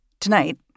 Tonight